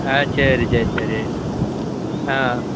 ஆ சரி சரி சரி ஆ